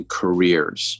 careers